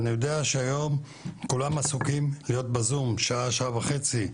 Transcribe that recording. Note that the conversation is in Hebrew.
אני יודע שהיום כולם עסוקים להיות בזום שעה-שעה וחצי,